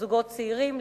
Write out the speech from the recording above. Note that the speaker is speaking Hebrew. לזוגות צעירים,